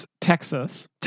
Texas